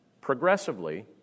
Progressively